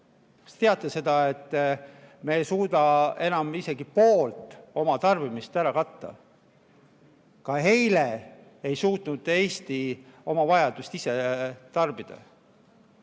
teate seda, et me ei suuda enam isegi poolt oma tarbimist ära katta? Ka eile ei suutnud Eesti oma vajadust ise [katta].